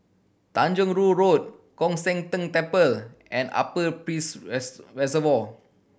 Tanjong Rhu Road Koon Seng Ting Temple and Upper Peirce Reservoir